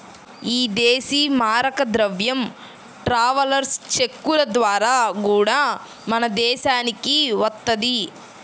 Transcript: ఇదేశీ మారక ద్రవ్యం ట్రావెలర్స్ చెక్కుల ద్వారా గూడా మన దేశానికి వత్తది